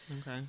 Okay